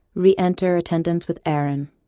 re-enter attendants with aaron